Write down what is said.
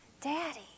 Daddy